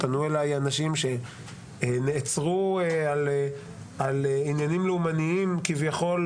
פנו אליי אנשים שנעצרו על עניינים לאומניים כביכול,